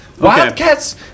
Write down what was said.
Wildcats